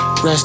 Rest